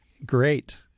Great